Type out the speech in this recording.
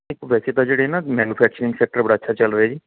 ਇੱਕ ਵੈਸੇ ਤਾਂ ਜਿਹੜੇ ਨਾ ਮੈਨੂਫੈਕਚਰਿੰਗ ਸੈਕਟਰ ਬੜਾ ਅੱਛਾ ਚੱਲ ਰਿਹਾ ਜੀ